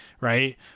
right